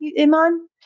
Iman